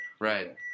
right